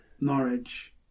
Norwich